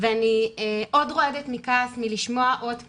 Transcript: אני עוד רועדת מכעס מלשמוע עוד פעם.